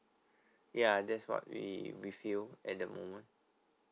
ya that's what we we feel at the moment